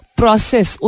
process